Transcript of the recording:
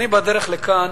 בדרך לכאן